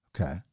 Okay